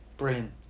Brilliant